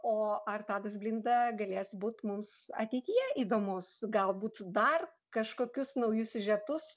o ar tadas blinda galės būt mums ateityje įdomus galbūt dar kažkokius naujus siužetus